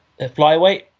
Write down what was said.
Flyweight